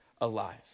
alive